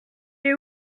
est